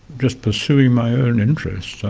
just pursuing my own interests.